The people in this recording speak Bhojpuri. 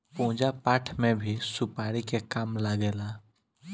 पूजा पाठ में भी सुपारी के काम लागेला